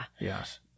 Yes